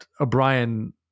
O'Brien